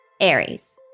Aries